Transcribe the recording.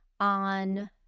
on